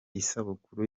isabukuru